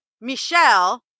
Michelle